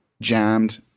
jammed